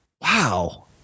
Wow